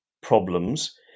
problems